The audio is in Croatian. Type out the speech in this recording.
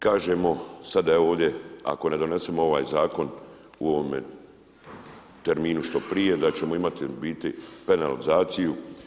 Kažemo sada je ovdje ako ne donesemo ovaj zakon u ovome terminu što prije da ćemo imati u biti penalizaciju.